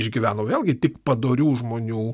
išgyveno vėlgi tik padorių žmonių būtent